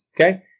Okay